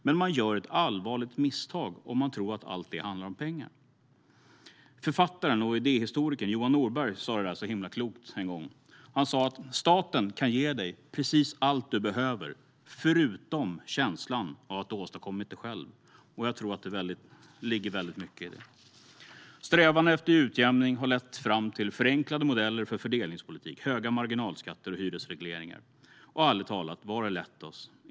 Men man gör ett allvarligt misstag om man tror att allt detta handlar om pengar. Författaren och idéhistorikern Johan Norberg sa det där så himla klokt en gång: Staten kan ge dig precis allt du behöver förutom känslan av att ha åstadkommit det själv. Jag tror att det ligger väldigt mycket i det. Strävanden efter utjämning har lett fram till förenklade modeller för fördelningspolitik, höga marginalskatter och hyresregleringar. Och ärligt talat, vart har det lett oss?